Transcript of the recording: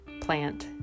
plant